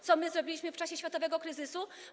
Co my zrobiliśmy w czasie światowego kryzysu?